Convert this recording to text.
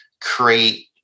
create